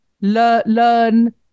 learn